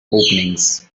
openings